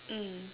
mm